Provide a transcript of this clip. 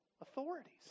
authorities